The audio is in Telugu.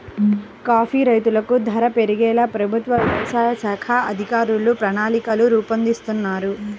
కాఫీ రైతులకు ధర పెరిగేలా ప్రభుత్వ వ్యవసాయ శాఖ అధికారులు ప్రణాళికలు రూపొందిస్తున్నారు